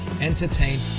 entertain